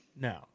no